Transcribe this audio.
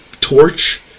torch